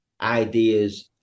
ideas